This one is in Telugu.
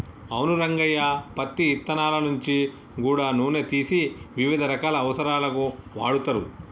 అవును రంగయ్య పత్తి ఇత్తనాల నుంచి గూడా నూనె తీసి వివిధ రకాల అవసరాలకు వాడుతరు